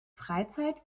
freizeit